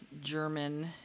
German